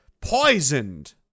poisoned